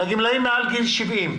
לגמלאים מעל גיל 70,